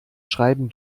schreiben